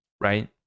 right